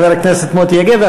חבר הכנסת מוטי יוגב,